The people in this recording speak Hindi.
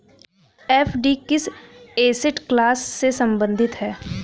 एफ.डी किस एसेट क्लास से संबंधित है?